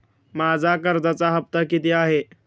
माझा कर्जाचा हफ्ता किती आहे?